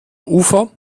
ufer